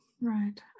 Right